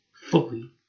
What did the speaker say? fully